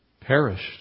Perished